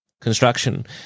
construction